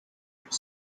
made